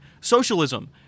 socialism